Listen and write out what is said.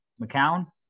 McCown